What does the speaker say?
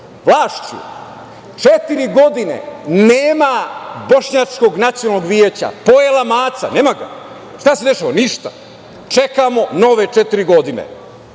vlašću. Četiri godine nema Bošnjačkog nacionalnog veća, pojela maca, nema ga. Šta se dešava? Ništa. Čekamo nove četiri godine.